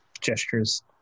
gestures